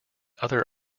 other